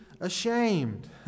ashamed